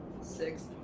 Six